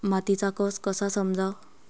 मातीचा कस कसा समजाव?